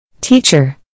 Teacher